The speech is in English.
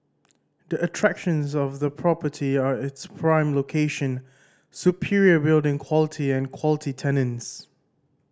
the attractions of the property are its prime location superior building quality and quality tenants